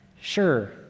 sure